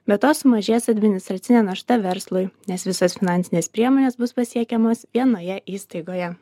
be to sumažės administracinė našta verslui nes visos finansinės priemonės bus pasiekiamos vienoje įstaigoje